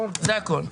זה הכול.